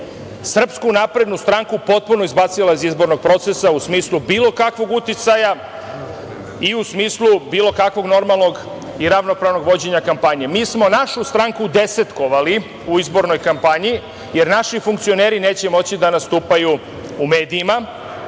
SNS je SNS potpuno izbacila iz izbornog procesa u smislu bilo kakvog uticaja i u smislu bilo kakvog normalnog i ravnopravnog vođenja kampanje. Mi smo našu stranku desetkovali u izbornoj kampanji, jer naši funkcioneri neće moći da nastupaju u medijima,